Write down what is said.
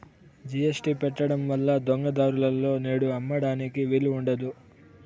GST పెట్టడం వల్ల దొంగ దారులలో నేడు అమ్మడానికి వీలు ఉండదు